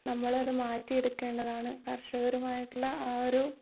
നമ്മൾ അത് മാറ്റി എടുക്കേണ്ടതാണ് കർഷകരുമായിട്ടുള്ള ആ ഒരു